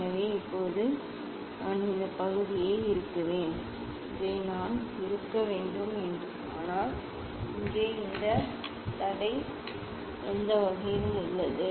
எனவே இப்போது நான் இந்த பகுதியை இறுக்குவேன் இதை நான் இறுக்க வேண்டும் ஆனால் இங்கே இந்த தடை எந்த வகையிலும் உள்ளது